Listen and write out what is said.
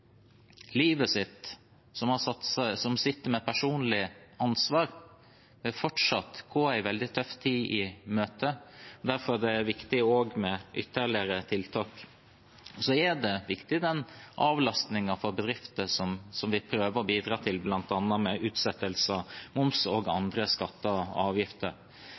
livet sitt, som sitter med personlig ansvar, og som fortsatt vil gå en veldig tøff tid i møte. Derfor er det viktig med ytterligere tiltak, og det er viktig med den avlastningen for bedrifter som vi prøver å bidra til, bl.a. med utsettelse av moms og andre skatter og avgifter.